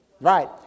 right